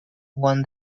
won